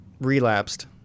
relapsed